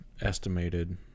estimated